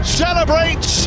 celebrates